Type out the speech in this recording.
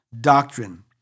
doctrine